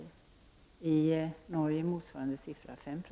I Norge är motsvarande siffra 5 I.